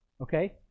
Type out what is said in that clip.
Okay